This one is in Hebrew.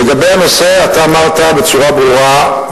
לגבי הנושא, אמרת בצורה ברורה.